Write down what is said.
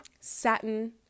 satin